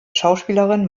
schauspielerin